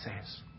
says